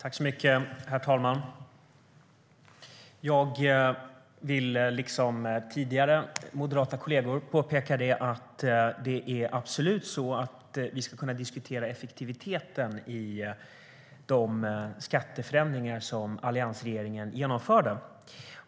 Herr talman! Liksom tidigare moderata kollegor vill jag också påpeka att det absolut är så att vi ska kunna diskutera effektiviteten i de skatteförändringar som alliansregeringen genomförde.